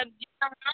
सब्जी आं